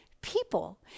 people